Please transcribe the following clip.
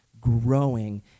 growing